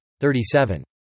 37